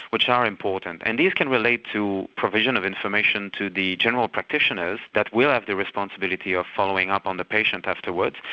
which are important. and these can relate to provision of information to the general practitioners that will have the responsibility of following up on the patient afterwards,